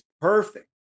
perfect